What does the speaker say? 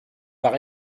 par